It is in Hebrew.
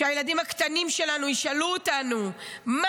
כשהילדים הקטנים שלנו יישאלו אותנו: מה